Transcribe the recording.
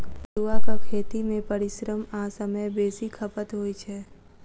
पटुआक खेती मे परिश्रम आ समय बेसी खपत होइत छै